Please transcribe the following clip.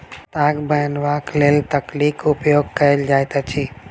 ताग बनयबाक लेल तकलीक उपयोग कयल जाइत अछि